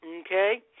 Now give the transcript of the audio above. Okay